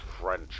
French